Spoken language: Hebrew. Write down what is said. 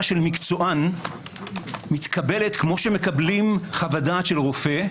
של מקצוען מתקבלת כפי שמקבלים חוות דעת של רופא,